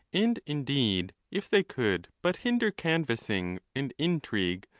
and indeed, if they could but hinder canvassing and intrigue,